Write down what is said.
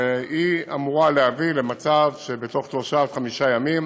והיא אמורה להביא למצב שבתוך שלושה עד חמישה ימים